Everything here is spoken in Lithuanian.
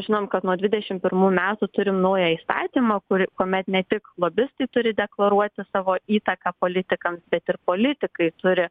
žinom kad nuo dvidešim pirmų metų turim naują įstatymą kur kuomet ne tik lobistai turi deklaruoti savo įtaką politikams bet ir politikai turi